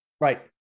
Right